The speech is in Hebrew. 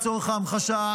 לצורך ההמחשה,